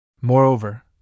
Moreover